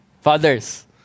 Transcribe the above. Fathers